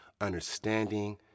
understanding